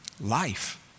life